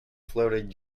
floated